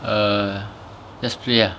err just play lah